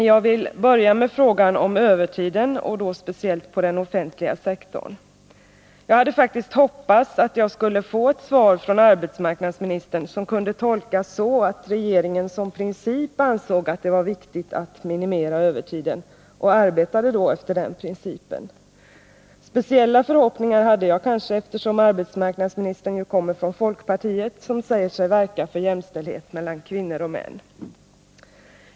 Jag vill börja med frågan om övertiden, speciellt övertiden på den offentliga sektorn. Jag hade faktiskt hoppats att jag skulle få ett svar från arbetsmarknadsministern som kunde tolkas så, att regeringen som princip ansåg att det var viktigt att minimera övertiden och att regeringen arbetade efter den principen. Speciella förhoppningar hade jag kanske eftersom arbetsmarknadsministern ju kommer från folkpartiet, som säger sig verka för jämställdhet mellan kvinnor och män.